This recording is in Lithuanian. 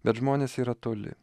bet žmonės yra toli